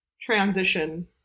transition